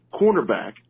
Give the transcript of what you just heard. cornerback